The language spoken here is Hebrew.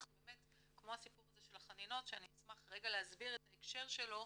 באמת כמו הסיפור הזה של החנינות שאני אשמח להסביר את ההקשר שלו,